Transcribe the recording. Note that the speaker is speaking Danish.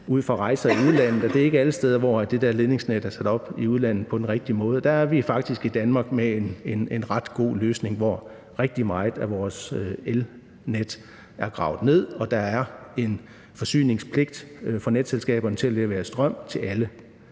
set på rejser i udlandet, at det ikke er alle steder, at de der ledningsnet er sat op på den rigtige måde. Der har vi faktisk i Danmark en ret god løsning, hvor rigtig meget af vores elnet er gravet ned, og hvor der er en forsyningspligt for netselskaberne til at levere strøm til alle.